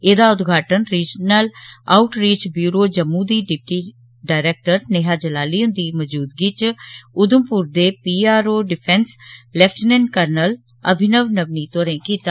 एह्दा उद्घाटन regional outreach bureau Jammu दी डिप्टी डायरेक्टर नेहा जलाली हुंदी मजूदगी च उधमपुर दे PRO defence lieutenant colonel Abhinav Navneet होरें कीता